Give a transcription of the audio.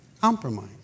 compromise